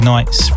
Nights